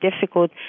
difficult